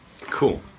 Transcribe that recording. Cool